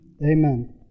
Amen